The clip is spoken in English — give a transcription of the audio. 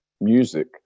music